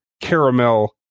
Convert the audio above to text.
caramel